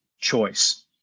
choice